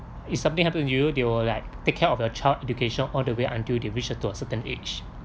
if something happen you they will like take care of your child's education all the way until they reach to a certain age